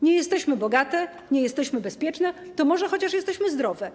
Nie jesteśmy bogate, nie jesteśmy bezpieczne, to może chociaż jesteśmy zdrowe?